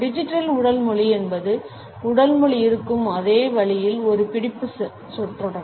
digital உடல் மொழி என்பது உடல் மொழி இருக்கும் அதே வழியில் ஒரு பிடிப்பு சொற்றொடர்